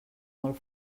molt